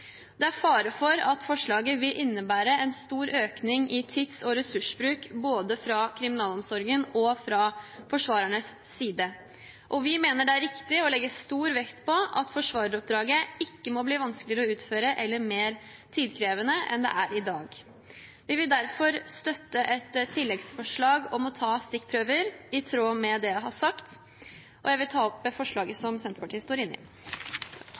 Det er fare for at forslaget vil innebære en stor økning i tids- og ressursbruk både fra kriminalomsorgen og fra forsvarernes side. Vi mener det er riktig å legge stor vekt på at forsvareroppdraget ikke må bli vanskeligere å utføre eller mer tidkrevende enn det er i dag. Vi vil derfor støtte et tilleggsforslag om å ta stikkprøver, i tråd med det jeg har sagt. Jeg setter pris på at justiskomiteen enstemmig har gitt sin tilslutning til de foreslåtte lovendringene. Lovendringene innebærer, som